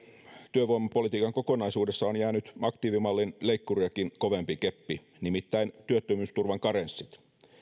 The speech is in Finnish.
työvoimapolitiikan kokonaisuudessa on jäänyt aktiivimallin leikkuriakin kovempi keppi nimittäin työttömyysturvan karenssit